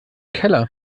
keller